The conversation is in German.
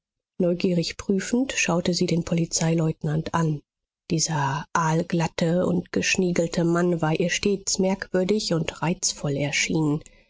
neugierig prüfend schaute sie den polizeileutnant an dieser aalglatte und geschniegelte mann war ihr stets merkwürdig und reizvoll erschienen